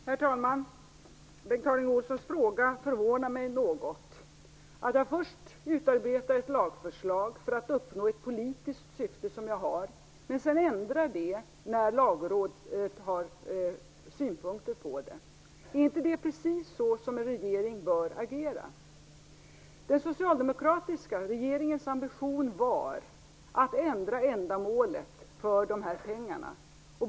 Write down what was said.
Herr talman! Bengt Harding Olsons fråga förvånar mig något. Jag utarbetar först ett lagförslag för att uppnå ett politiskt syfte som jag har men ändrar det när Lagrådet har synpunkter på det. Är det inte precis så som en regering bör agera? Den socialdemokratiska regeringens ambition var att ändra ändamålet för de här pengarna.